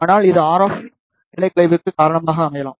ஆனால் இது ஆர்எஃப் நிலைகுலைவுக்கு காரணமாக இருக்கலாம்